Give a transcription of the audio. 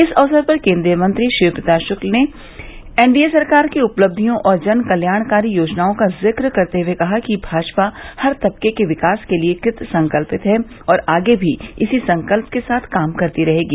इस अवसर पर केन्द्रीय मंत्री शिव प्रताप शुक्ल ने एनडीए सरकार की उपलब्धियों और जनकल्याणकारी योजनाओं का जिक्र करते हुए कहा कि भाजपा हर तबके के विकास के लिये कृत संकल्पित है और आगे भी इसी संकल्य के साथ काम करती रहेगी